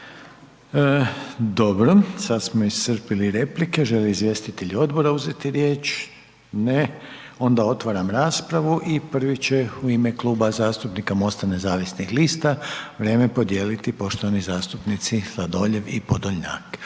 Dobro. Sada smo iscrpili replike. Žele li izvjestitelji odbora uzeti riječ? Ne. Onda otvaram raspravu i prvi će u ime Kluba zastupnika Mosta nezavisnih lista vrijeme podijeliti poštovani zastupnici Sladoljev i Podolnjak.